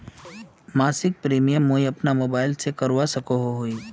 मासिक प्रीमियम मुई अपना मोबाईल से करवा सकोहो ही?